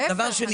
להיפך,